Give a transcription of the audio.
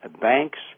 banks